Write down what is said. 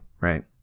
right